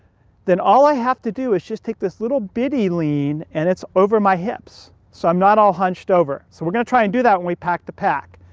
then all i have to do is just take this little bitty lean, and it's over my hips. so i'm not all hunched over. so we're gonna try and do that when we pack the pack.